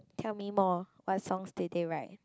tell me more what songs did they write